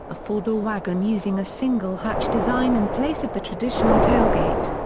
a four door wagon using a single hatch design in place of the traditional tailgate.